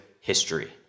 history